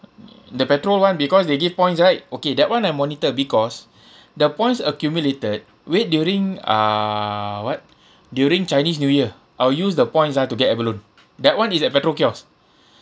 the petrol [one] because they give points right okay that [one] I monitor because the points accumulated wait during uh what during chinese new year I will use the points ah to get abalone that [one] is at petrol kiosk